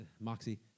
Moxie